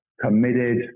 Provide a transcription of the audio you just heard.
committed